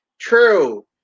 True